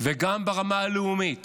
וגם ברמה הלאומית